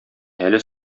әле